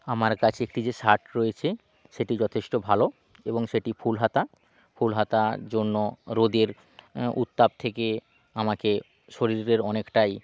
আমার কাছে একটি যে শার্ট রয়েছে সেটি যথেষ্ট ভালো এবং সেটি ফুল হাতা ফুল হাতার জন্য রোদের উত্তাপ থেকে আমাকে শরীরের অনেকটাই